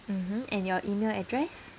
mmhmm and your email address